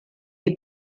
die